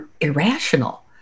irrational